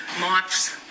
mops